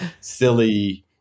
silly